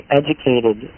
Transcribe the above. educated